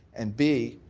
and b,